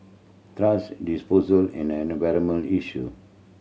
thrash disposal is an environmental issue